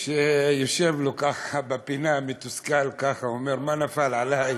שיושב לו ככה בפינה מתוסכל, ככה אומר: מה נפל עלי.